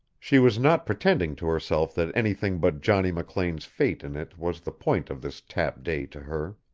she was not pretending to herself that anything but johnny mclean's fate in it was the point of this tap day to her.